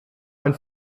ein